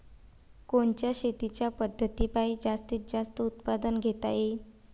कोनच्या शेतीच्या पद्धतीपायी जास्तीत जास्त उत्पादन घेता येईल?